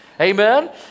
Amen